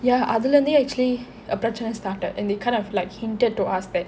ya அதுலேர்ந்தே:athulernthe actually a பிரச்சனை:prachanai started and they kind of hinted to us that